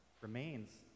remains